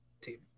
team